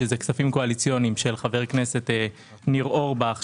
שזה כספים קואליציוניים של חבר הכנסת ניר אורבך,